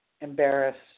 embarrassed